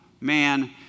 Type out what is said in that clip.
man